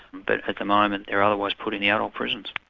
but at the moment they are otherwise put in the adult prisons.